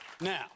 Now